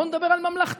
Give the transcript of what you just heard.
בואו נדבר על ממלכתיות.